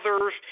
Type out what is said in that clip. others